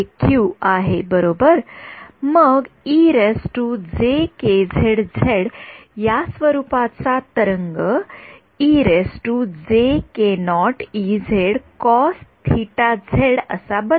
मग या स्वरुपाचा तरंग असा बनतो